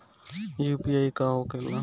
UPI का होखेला?